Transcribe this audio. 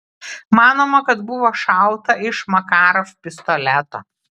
manoma kad buvo šauta iš makarov pistoleto